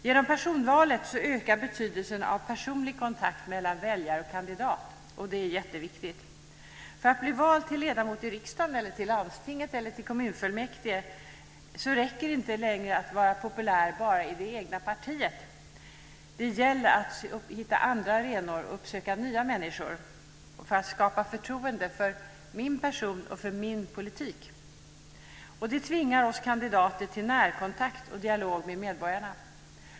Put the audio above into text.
Genom personvalet ökar betydelsen av personlig kontakt mellan väljare och kandidat, och det är jätteviktigt. För att bli vald till ledamot i riksdagen, landstinget eller kommunfullmäktige räcker det inte längre att vara populär bara i det egna partiet. Det gäller att hitta andra arenor och uppsöka nya människor för att skapa förtroende för min person och min politik. Det tvingar oss kandidater till närkontakt och dialog med medborgarna.